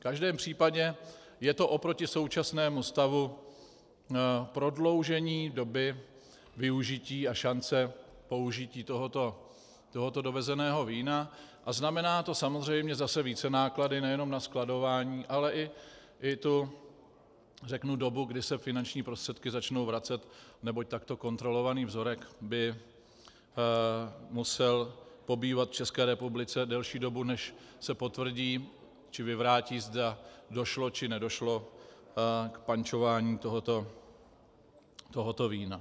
V každém případě je to oproti současnému stavu prodloužení doby využití a šance použití tohoto dovezeného vína a znamená to samozřejmě zase vícenáklady nejenom na skladování, ale i tu dobu, kdy se finanční prostředky začnou vracet, neboť takto kontrolovaný vzorek by musel pobývat v České republice delší dobu, než se potvrdí či vyvrátí, zda došlo či nedošlo k pančování tohoto vína.